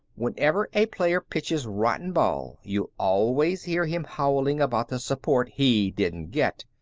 whenever a player pitches rotten ball you'll always hear him howling about the support he didn't get.